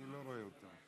אני לא רואה אותו.